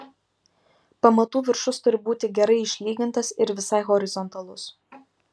pamatų viršus turi būti gerai išlygintas ir visai horizontalus